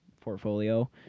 portfolio